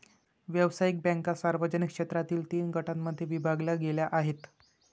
व्यावसायिक बँका सार्वजनिक क्षेत्रातील तीन गटांमध्ये विभागल्या गेल्या आहेत